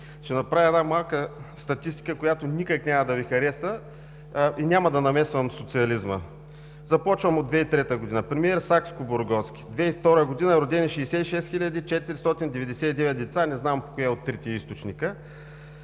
ще направя една малка статистика, която никак няма да Ви хареса и няма да намесвам социализма. Започвам от 2003 г. – премиер Сакскобургготски: 2002 г. – родени 66 499 деца, не знам кой е от трите източника.